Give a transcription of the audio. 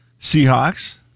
Seahawks